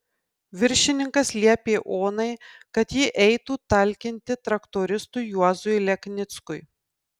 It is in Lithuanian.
viršininkas liepė onai kad ji eitų talkinti traktoristui juozui leknickui